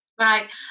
right